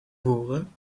voeren